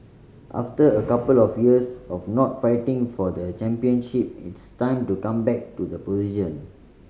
after a couple of years of not fighting for the championship it's time to come back to the position